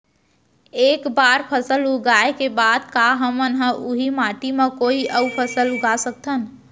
एक बार फसल उगाए के बाद का हमन ह, उही माटी मा कोई अऊ फसल उगा सकथन?